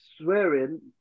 swearing